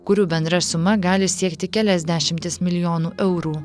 kurių bendra suma gali siekti kelias dešimtis milijonų eurų